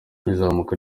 izamuka